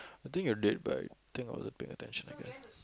I think you're late but think not paying attention I guess